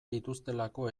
dituztelako